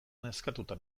nazkatuta